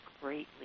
greatly